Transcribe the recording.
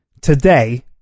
today